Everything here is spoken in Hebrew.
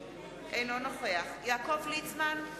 אינו נוכח יעקב ליצמן,